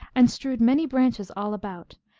and strewed many branches all about,